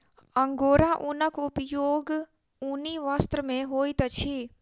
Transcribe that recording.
angora ऊनक उपयोग ऊनी वस्त्र में होइत अछि